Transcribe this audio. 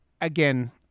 again